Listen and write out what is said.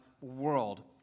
world